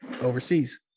overseas